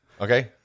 Okay